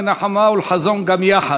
לנחמה ולחזון גם יחד.